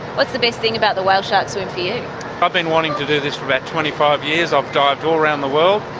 what's the best thing about the whale shark swim for you? i've been wanting to do this for about twenty five years. i've dived all around the world,